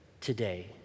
today